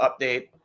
update